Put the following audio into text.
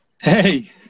Hey